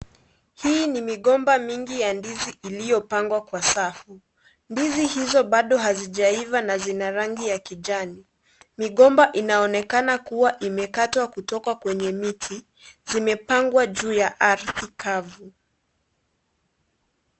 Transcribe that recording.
Hii ni mgomba mingi ya ndizi uliyopangwa kwa safu. Ndizi hizo bado hazijaiva na zina rangi ya kijani. Migomba inaonekana kuwa imekatwa kutoka kwenye miti. Zimepangwa juu ya ardhi kavu.